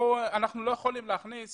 אנחנו לא יכולים להכניס